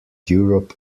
europe